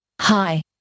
hi